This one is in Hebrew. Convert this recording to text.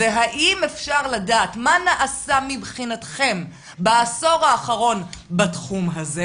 האם אפשר לדעת מה נעשה מבחינתכם בעשור האחרון בתחום הזה?